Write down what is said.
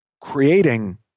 creating